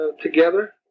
together